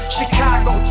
Chicago